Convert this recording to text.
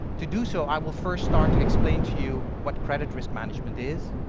to do so, i will first start to explain to you what credit risk management is,